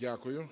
Дякую.